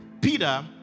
peter